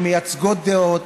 שמייצגות דעות,